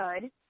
good